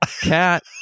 cat